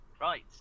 Right